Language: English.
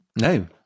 No